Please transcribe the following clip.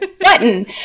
button